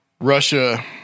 Russia